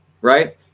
Right